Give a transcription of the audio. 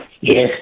Yes